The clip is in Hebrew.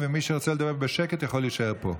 ומי שרוצה לדבר בשקט יכול להישאר פה.